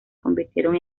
convirtieron